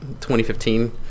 2015